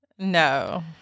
No